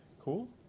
Cool